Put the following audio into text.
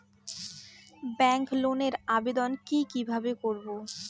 Bank লোনের আবেদন কি কিভাবে করব?